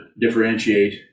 differentiate